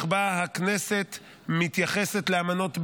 שבה הכנסת מתייחסת לאמנות בין-לאומיות.